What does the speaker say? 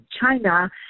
China